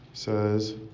says